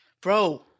Bro